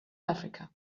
africa